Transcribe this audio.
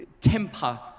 temper